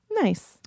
Nice